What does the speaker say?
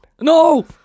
No